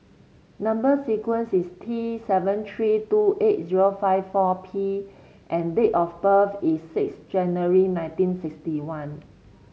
number sequence is T seven three two eight zero five four P and date of birth is six January nineteen sixty one